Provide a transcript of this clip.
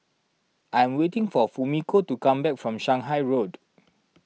I am waiting for Fumiko to come back from Shanghai Road